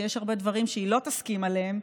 שיש הרבה דברים שהיא לא תסכים עליהם,